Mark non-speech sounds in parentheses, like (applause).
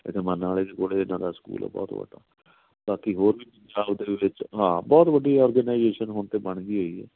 ਇੱਥੇ ਮਾਨਾਂ ਆਲੇ ਕੋਲ ਇਹਨਾਂ ਦਾ ਸਕੂਲ ਆ ਬਹੁਤ ਵੱਡਾ ਬਾਕੀ ਹੋਰ ਵੀ (unintelligible) ਪੰਜਾਬ ਦੇ ਵਿੱਚ ਹਾਂ ਬਹੁਤ ਵੱਡੀ ਔਰਗਨਾਈਜੇਸ਼ਨ ਹੁਣ ਤਾਂ ਬਣ ਗਈ ਹੈਗੀ ਹੈ